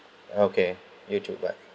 okay you too but